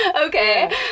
Okay